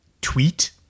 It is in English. Tweet